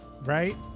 Right